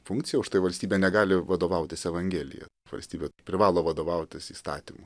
funkcija užtai valstybė negali vadovautis evangelija valstybė privalo vadovautis įstatymu